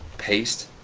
paste.